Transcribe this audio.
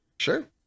Sure